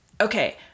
Okay